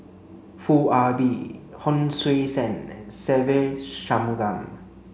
Foo Ah Bee Hon Sui Sen and Se Ve Shanmugam